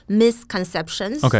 misconceptions